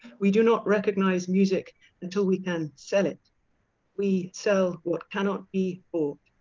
we do not recognize music until we can sell it we sell what cannot be bought.